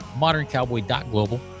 moderncowboy.global